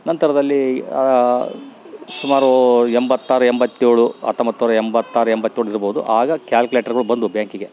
ನಂತರದಲ್ಲಿ ಸುಮಾರು ಎಂಬತ್ತಾರು ಎಂಬತ್ತೇಳು ಹತ್ತೊಂಬತ್ನೂರ ಎಂಬತ್ತಾರು ಎಂಬತ್ತೇಳು ಇರ್ಬೋದು ಆಗ ಕ್ಯಾಲ್ಕೇಟರ್ಗಳು ಬಂದ್ವು ಬ್ಯಾಂಕಿಗೆ